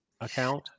account